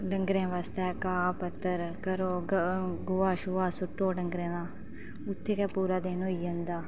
डंगरें आस्ते घाऽ पत्तर करो गोहा शोहा सु'ट्टो डंगरें दा उत्थे गै पूरा दिन होई जंदा